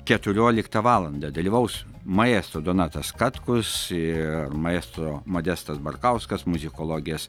keturioliktą valandą dalyvaus maestro donatas katkus ir maestro modestas barkauskas muzikologės